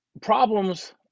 problems